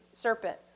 serpent